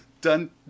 Done